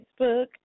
Facebook